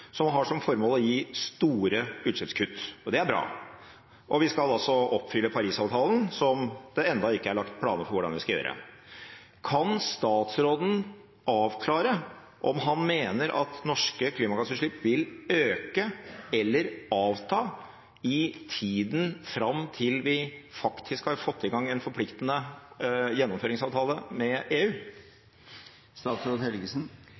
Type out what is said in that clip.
som har som formål å gi store utslippskutt. Det er bra. Og vi skal altså oppfylle Paris-avtalen, men det er ennå ikke lagt planer for hvordan vi skal gjøre det. Kan statsråden avklare om han mener at norske klimagassutslipp vil øke eller avta i tida fram til vi faktisk har fått i stand en forpliktende gjennomføringsavtale med EU?